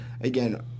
Again